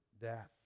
death